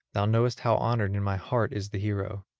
thou knowest how honoured in my heart is the hero,